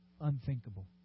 unthinkable